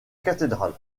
cathédrale